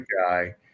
guy